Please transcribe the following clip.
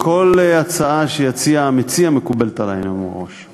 כל הצעה שיציע המציע מקובלת עלי, אני אומר מראש.